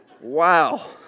Wow